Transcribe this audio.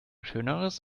schöneres